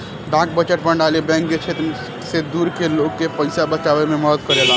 डाक बचत प्रणाली बैंक के क्षेत्र से दूर के लोग के पइसा बचावे में मदद करेला